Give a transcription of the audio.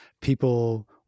people